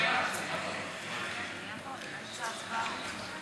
הציוני לסעיף 18 לא נתקבלה.